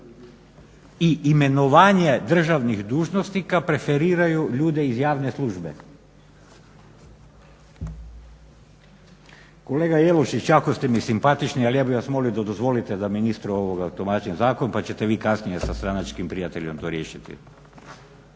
i imenovanja državnih dužnosnika preferiraju ljude iz javne službe? Kolega Jelušić jako ste mi simpatični, ali ja bih vas molio da dozvolite da ministru tumačim zakon pa ćete vi kasnije sa stranačkim prijateljem to riješiti.